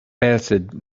passed